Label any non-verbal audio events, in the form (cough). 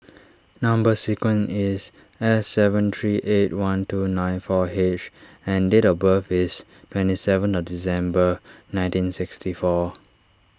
Number Sequence is S seven three eight one two nine four H and date of birth is twenty seven (unintelligible) December nineteen sixty four